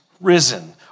risen